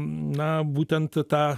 na būtent ta